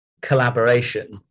collaboration